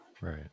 Right